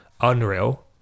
unreal